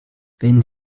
wenn